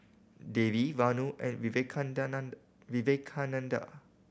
Devi Vanu and Vivekananda